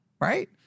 right